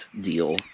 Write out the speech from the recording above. deal